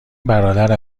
برادر